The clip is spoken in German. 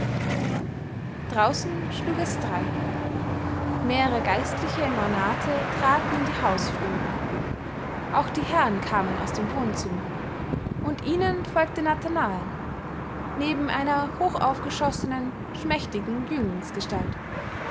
draußen schlug es drei mehrere geistliche im ornate traten in die hausflur auch die herren kamen aus dem wohnzimmer und ihnen folgte nathanael neben einer hochaufgeschossenen schmächtigen